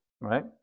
right